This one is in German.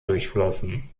durchflossen